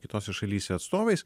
kitose šalyse atstovais